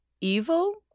evil